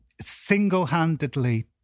single-handedly